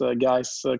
guys